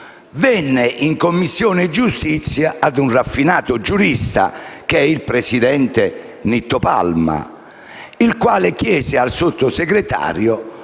venne in Commissione giustizia a un raffinato giurista, il presidente Nitto Palma, il quale chiese al Sottosegretario